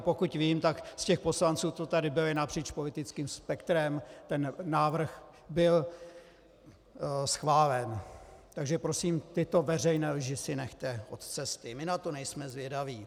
Pokud vím, tak z těch poslanců, co tady, byli napříč politickým spektrem ten návrh byl schválen, takže prosím, tyto veřejné lži si nechte od cesty, my na to nejsme zvědaví.